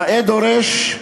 נאה דורש,